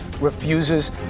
refuses